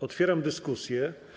Otwieram dyskusję.